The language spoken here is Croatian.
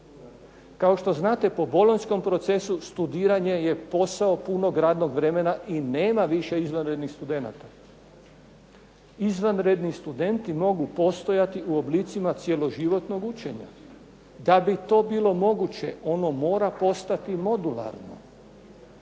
Kao što znate po bolonjskom procesu studiranje je posao punog radnog vremena i nema više izvanrednih studenata. Izvanredni studenti mogu postojati u oblicima cijeloživotnog učenja. Da bi to bilo moguće ono mora postati modularno.